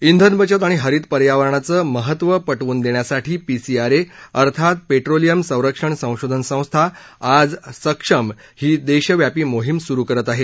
ी चेन बचत आणि हरित पर्यावरणाचं महत्व पटवून देण्यासाठी पीसीआरए अर्थात पेट्रोलियम संरक्षण संशोधन संस्था आज सक्षम ही देशव्यापी मोहीम सुरू करत आहे